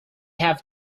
have